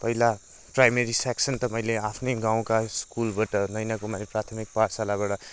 पहिला primary section त मैले आफ्नै गाउँका स्कुलबाट नैना कुमारी प्राथमिक पाठशालाबाट